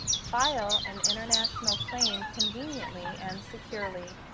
file an international claim conveniently and securely,